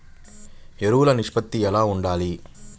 ఎరువులు నిష్పత్తి ఎలా ఉండాలి?